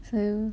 same